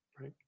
Right